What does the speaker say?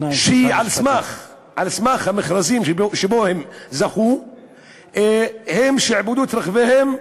שעל סמך המכרז שבו הם זכו הם שעבדו את רכביהם,